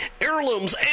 heirlooms